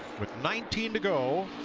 nineteen to go.